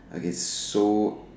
I guess so